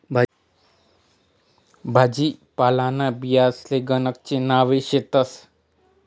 भाजीपालांना बियांसले गणकच नावे शेतस